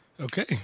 Okay